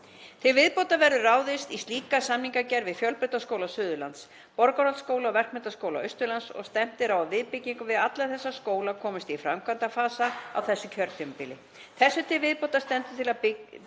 Til viðbótar verður ráðist í slíka samningagerð við Fjölbrautaskóla Suðurlands, Borgarholtsskóla og Verkmenntaskóla Austurlands og stefnt er á að viðbygging við alla þessa skóla komist í framkvæmdafasa á þessu kjörtímabili. Þessu til viðbótar stendur til að byggðar